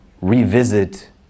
revisit